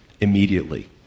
immediately